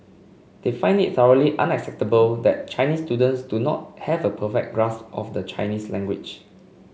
they find it thoroughly unacceptable that Chinese students do not have a perfect grasp of the Chinese language